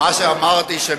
מה שאמרתי זה,